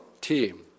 team